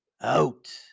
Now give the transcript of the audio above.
out